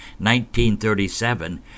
1937